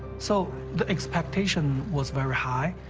so the expectation was very high,